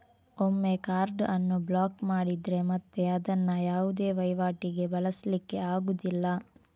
ಒಮ್ಮೆ ಕಾರ್ಡ್ ಅನ್ನು ಬ್ಲಾಕ್ ಮಾಡಿದ್ರೆ ಮತ್ತೆ ಅದನ್ನ ಯಾವುದೇ ವೈವಾಟಿಗೆ ಬಳಸ್ಲಿಕ್ಕೆ ಆಗುದಿಲ್ಲ